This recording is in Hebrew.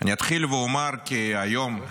אני אתחיל ואומר כי היום,